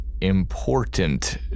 important